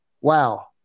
wow